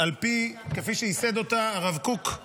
כפי שייסד אותה הרב קוק,